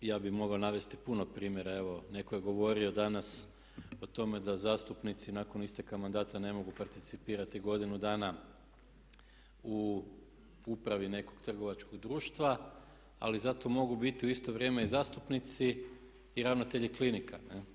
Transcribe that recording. Ja bih mogao navesti puno primjera, evo netko je govorio danas o tome da zastupnici nakon isteka mandata ne mogu participirati godinu dana u upravi nekog trgovačkog društva ali zato mogu biti u isto vrijeme i zastupnici i ravnatelji klinika.